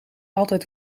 altijd